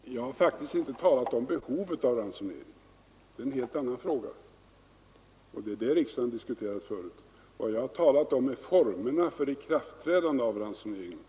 Herr talman! Jag har faktiskt inte talat om behovet av ransonering. Det är en helt annan fråga, och det var den riksdagen diskuterade tidigare. Vad jag har talat om är formerna för ikraftträdandet av ransoneringen.